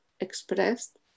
expressed